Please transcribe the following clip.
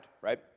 right